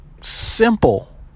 Simple